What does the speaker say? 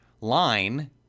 line